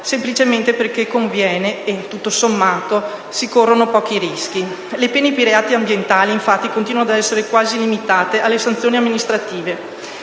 Semplicemente perché conviene e, tutto sommato, si corrono pochi rischi. Le pene per i reati ambientali, infatti, continuano ad essere quasi limitate alle sanzioni amministrative